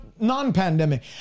non-pandemic